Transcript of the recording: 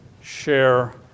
share